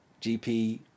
GP